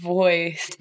voice